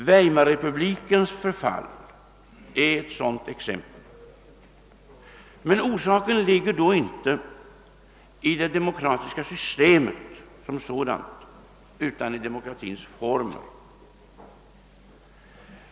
Weimarrepublikens förfall är ett exempel på detta. Men orsaken ligger då inte i det demokratiska systemet som sådant utan i demokratins form.